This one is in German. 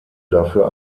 dafür